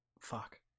Fuck